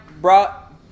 brought